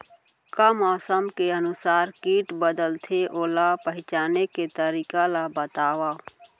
का मौसम के अनुसार किट बदलथे, ओला पहिचाने के तरीका ला बतावव?